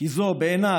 כי זו בעיניי